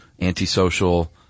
antisocial